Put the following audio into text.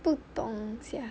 不懂 sia